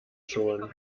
schon